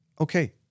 Okay